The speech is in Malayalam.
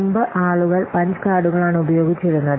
മുമ്പ് ആളുകൾ പഞ്ച് കാർഡുകൾ ആണ് ഉപയോഗിച്ചിരുന്നത്